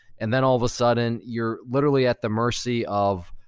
and then all of a sudden you're literally at the mercy of,